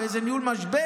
באיזה ניהול משבר?